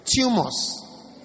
Tumors